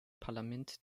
parlament